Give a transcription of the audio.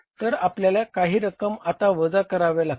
तर आपल्याला काही रक्कम आता वजा कराव्या लागतील